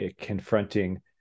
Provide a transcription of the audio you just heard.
confronting